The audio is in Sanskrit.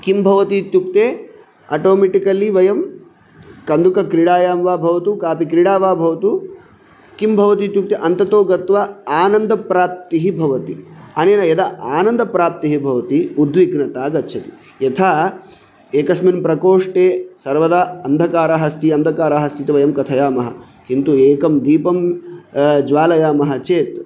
किं भवति इत्युक्ते आटोमिटिकलि वयं कन्दुक्रीडायां वा भवतु कापि क्रीडा वा भवतु किं भवति इत्युक्ते अन्ततो गत्वा आनन्दप्राप्तिः भवति अनेन यदा आनन्दप्राप्तिः भवति उद्विघ्नता गच्छति यथा एकस्मिन् प्रकोष्टे सर्वदा अन्धकारः अस्ति अन्धकारः अस्ति इति वयं कथयामः किन्तु एकं दीपं ज्वालयामः चेत्